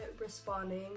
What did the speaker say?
responding